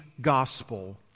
gospel